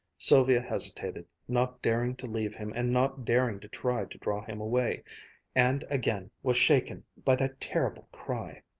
sylvia hesitated, not daring to leave him and not daring to try to draw him away and again was shaken by that terrible cry.